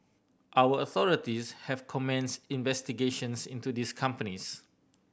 our authorities have commenced investigations into these companies